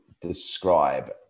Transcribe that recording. describe